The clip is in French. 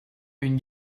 une